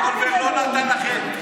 אני מבין שלא קיבלתם ערבויות.